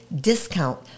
discount